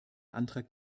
antrag